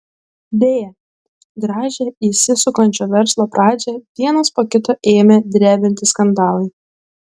deja gražią įsisukančio verslo pradžią vienas po kito ėmė drebinti skandalai